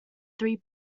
three